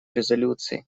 резолюции